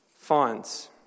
finds